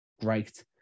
great